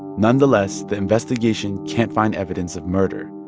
nonetheless, the investigation can't find evidence of murder.